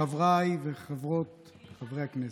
חברי וחברות הכנסת,